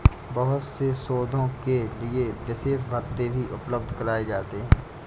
बहुत से शोधों के लिये विशेष भत्ते भी उपलब्ध कराये जाते हैं